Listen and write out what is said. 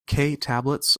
tablets